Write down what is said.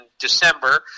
December